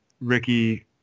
Ricky